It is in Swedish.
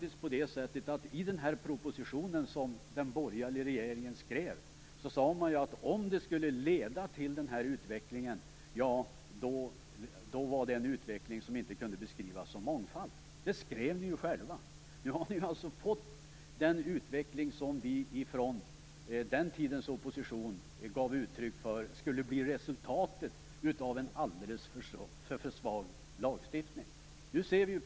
I den proposition som den borgerliga regeringen utarbetade framhöll ni själva att om en sådan här utveckling skulle komma till stånd, kunde resultatet inte beskrivas som mångfald. Ni har nu fått den utveckling som vi från dåtidens opposition framhöll skulle bli resultatet av en alldeles för svag lagstiftning.